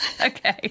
Okay